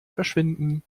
verschwinden